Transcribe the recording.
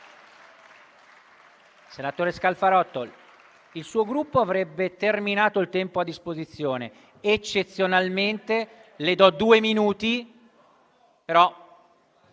Senatore Scalfarotto, il suo Gruppo avrebbe terminato il tempo a disposizione. Eccezionalmente le do due minuti, però